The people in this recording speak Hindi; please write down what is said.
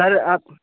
सर आप